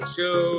Show